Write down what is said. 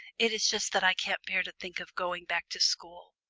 it is just that i can't bear to think of going back to school.